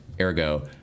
ergo